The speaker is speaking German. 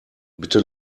bitte